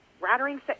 rattling